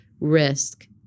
risk